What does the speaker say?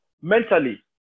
mentally